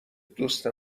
دوست